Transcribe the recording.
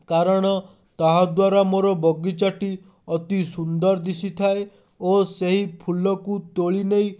କାରଣ ତାହା ଦ୍ୱାରା ମୋର ବଗିଚାଟି ଅତି ସୁନ୍ଦର ଦିଶିଥାଏ ଓ ସେହି ଫୁଲକୁ ତୋଳି ନେଇ